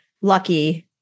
lucky